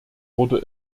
wurde